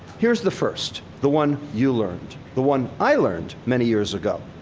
here's the first, the one you learned, the one i learned many years ago.